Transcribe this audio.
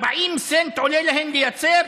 40 סנט עולה להן לייצר